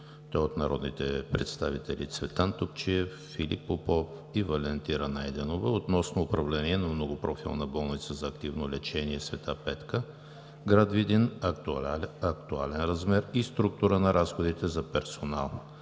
Той е от народните представители Цветан Топчиев, Филип Попов и Валентина Найденова относно управление на Многопрофилна болница за активно лечение „Света Петка“, град Видин – актуален размер и структура на разходите за персонал,